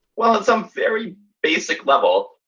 well, it's some very basic level.